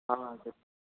ஆ சரி